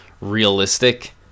realistic